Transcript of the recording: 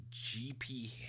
GP